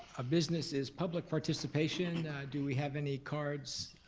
business is public participation. do we have any cards,